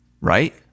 right